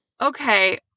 okay